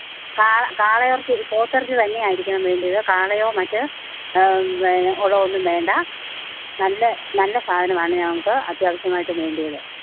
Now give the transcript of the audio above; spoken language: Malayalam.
കാള കാളയെറച്ചി പോത്തെറച്ചി തന്നെയായിരിക്കണം വേണ്ടിയത് കാളയോ മറ്റ് എന് ഉള്ളതൊന്നും വേണ്ട നല്ല നല്ല സാധനവാണ് ഞങ്ങൾക്ക് അത്യാവശ്യമായിട്ടും വേണ്ടിയത്